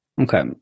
Okay